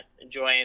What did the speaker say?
enjoying